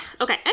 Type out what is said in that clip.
Okay